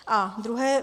Za druhé.